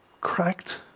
cracked